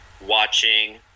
watching